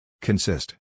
Consist